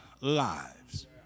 lives